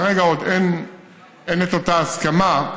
כרגע עוד אין את אותה הסכמה,